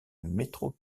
métro